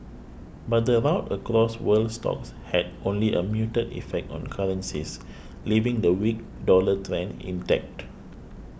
but the rout across world stocks had only a muted effect on currencies leaving the weak dollar trend intact